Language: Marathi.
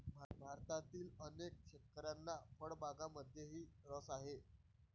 भारतातील अनेक शेतकऱ्यांना फळबागांमध्येही रस आहे